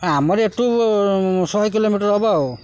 ଆମର ଏଠୁ ଶହେ କିଲୋମିଟର ହବ ଆଉ